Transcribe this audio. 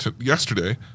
yesterday